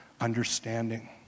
understanding